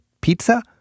pizza